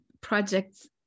projects